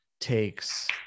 takes